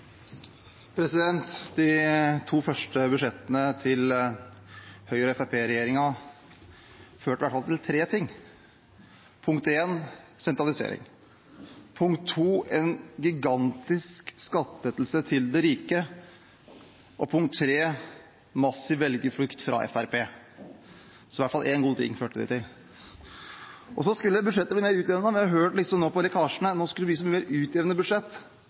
De to første budsjettene til Høyre–Fremskrittsparti-regjeringen førte til tre ting: for det første sentralisering, for det andre en gigantisk skattelettelse til de rike og for det tredje massiv velgerflukt fra Fremskrittspartiet. Så det førte i hvert fall til én god ting. Så skulle budsjettet være utjevnende. Vi har hørt gjennom lekkasjene at nå skulle vi få et utjevnende budsjett, så jeg var veldig interessert i hva som sto i